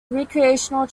recreational